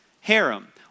harem